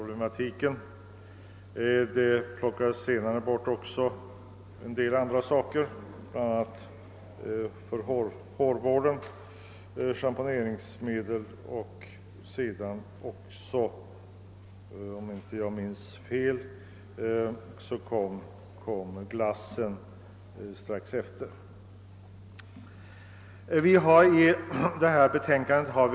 Sedan togs också en del andra varor undan från beskattning, bl.a. schamponeringsmedel och andra varor för hårvård. Strax efteråt slopades också den särskilda skatten på glass, om jag inte minns fel.